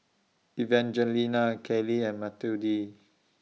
Evangelina Kailey and Matilde